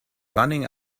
running